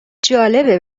جالبه